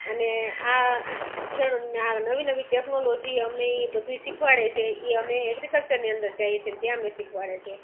અને આ ખેડૂને આ નવી નવી ટેક્નોલોજી અમને એ બધું શીખવાડે છે એ અમે એગ્રિકલ્ચરની અંદર જાઈએ છીએ ત્યાં અમને શીખવાડે છે